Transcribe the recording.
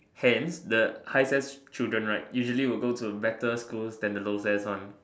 hence the high S_E_S children right usually will go to better school than the low S_E_S one